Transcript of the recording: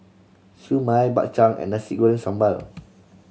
Siew Mai Bak Chang and Nasi Goreng Sambal